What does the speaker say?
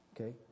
Okay